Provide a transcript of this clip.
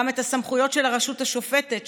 גם את הסמכויות של הרשות השופטת,